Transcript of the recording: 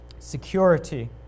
security